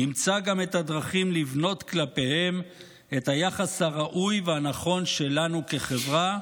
נמצא גם את הדרכים לבנות כלפיהם את היחס הראוי והנכון שלנו כחברה,